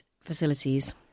facilities